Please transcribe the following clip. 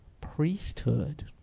priesthood